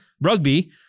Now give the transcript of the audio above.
rugby